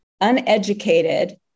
uneducated